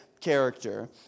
character